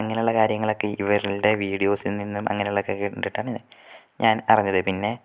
അങ്ങനെ ഉള്ള കാര്യങ്ങളൊക്കെ ഇവരുടെ വീഡിയോസിൽ നിന്നും അങ്ങനെയുള്ളതൊക്കെ കണ്ടിട്ടാണ് ഞാൻ അറിഞ്ഞത് പിന്നെ